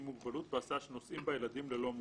מוגבלות בהסעה שנוסעים בה ילדים ללא מוגבלות.